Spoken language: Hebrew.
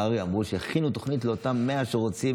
הר"י אמרו שיכינו תוכנית לאותם 100 שרוצים